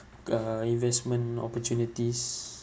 uh investment opportunities